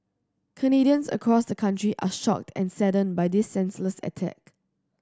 Canadians across the country are shocked and saddened by this senseless attack